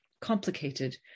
complicated